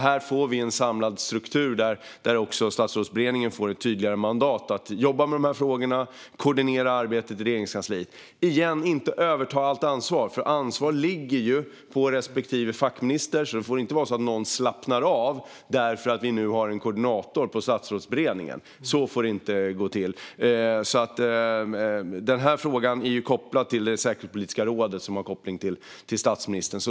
Här får vi en samlad struktur där också Statsrådsberedningen får ett tydligare mandat att jobba med dessa frågor och koordinera arbetet i Regeringskansliet men, återigen, inte överta allt ansvar. Ansvaret ligger ju på respektive fackminister, så det får inte vara så att någon slappnar av därför att vi nu har en koordinator på Statsrådsberedningen. Så får det inte gå till. Frågan är kopplad till det säkerhetspolitiska råd som har koppling till statsministern.